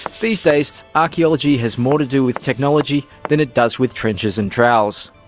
these days archaeology has more to do with technology than it does with trenches and trowels.